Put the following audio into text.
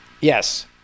Yes